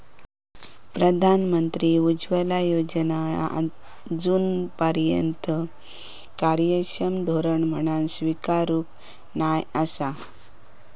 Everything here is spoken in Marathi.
प्रधानमंत्री उज्ज्वला योजना आजूनपर्यात कार्यक्षम धोरण म्हणान स्वीकारूक नाय आसा